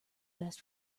best